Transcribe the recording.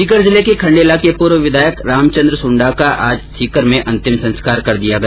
सीकर जिले के खण्डेला के पूर्व विधायक श्री रामचन्द्र सुण्डा का आज सीकर में अंतिम संस्कार कर दिया गया